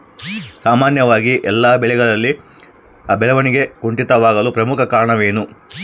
ಸಾಮಾನ್ಯವಾಗಿ ಎಲ್ಲ ಬೆಳೆಗಳಲ್ಲಿ ಬೆಳವಣಿಗೆ ಕುಂಠಿತವಾಗಲು ಪ್ರಮುಖ ಕಾರಣವೇನು?